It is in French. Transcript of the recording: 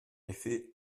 effet